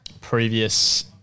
previous